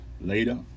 later